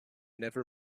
never